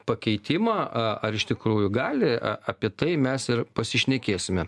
pakeitimą a ar iš tikrųjų gali a apie tai mes ir pasišnekėsime